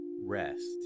rest